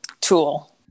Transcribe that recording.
tool